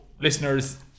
listeners